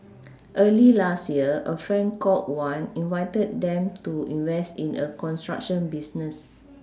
early last year a friend called Wan invited them to invest in a construction business